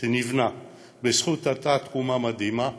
זה נבנה בזכות אותה תרומה מדהימה,